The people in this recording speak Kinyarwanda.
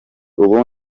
ubu